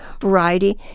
variety